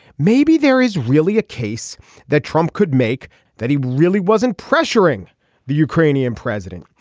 maybe there is really a case that trump could make that he really wasn't pressuring the ukrainian president.